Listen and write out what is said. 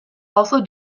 also